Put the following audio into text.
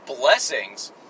blessings